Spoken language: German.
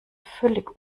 völlig